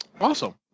awesome